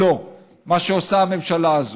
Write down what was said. לא, לא, מה שעושה הממשלה הזו.